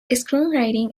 screenwriting